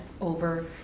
over